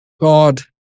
God